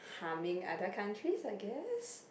harming at the country I guess